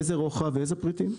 איזה רוחב ואילו פריטים.